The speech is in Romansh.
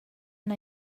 üna